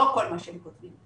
לא כל מה שהם כותבים,